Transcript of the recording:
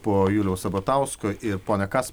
po juliaus sabatausko ir pone kas